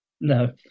No